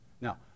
Now